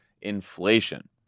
inflation